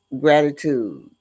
gratitude